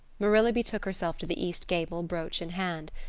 marilla betook herself to the east gable, brooch in hand.